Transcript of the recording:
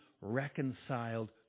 reconciled